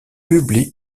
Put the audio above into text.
publie